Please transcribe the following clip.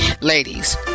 Ladies